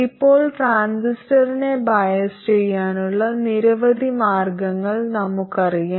ഇപ്പോൾ ട്രാൻസിസ്റ്ററിനെ ബയാസ് ചെയ്യാനുള്ള നിരവധി മാർഗങ്ങൾ നമുക്ക് അറിയാം